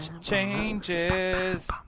Changes